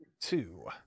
two